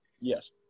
Yes